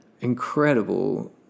incredible